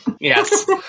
Yes